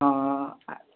ହଁ ଆର୍